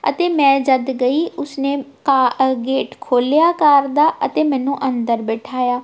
ਅਤੇ ਮੈਂ ਜਦੋਂ ਗਈ ਉਸਨੇ ਕਾ ਗੇਟ ਖੋਲ੍ਹਿਆ ਕਾਰ ਦਾ ਅਤੇ ਮੈਨੂੰ ਅੰਦਰ ਬਿਠਾਇਆ